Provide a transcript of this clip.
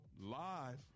live